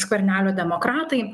skvernelio demokratai